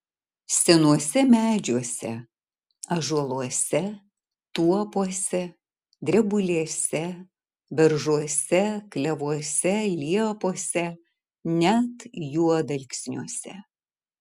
senuose medžiuose ąžuoluose tuopose drebulėse beržuose klevuose liepose net juodalksniuose